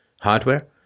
Hardware